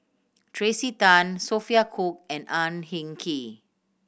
Tracey Tan Sophia Cooke and Ang Hin Kee